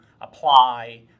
apply